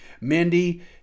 Mindy